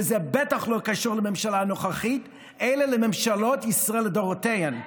וזה בטח לא קשור לממשלה הנוכחית אלא לממשלות ישראל לדורותיהן,